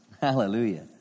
Hallelujah